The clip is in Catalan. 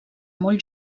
molt